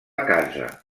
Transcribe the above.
casa